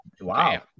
Wow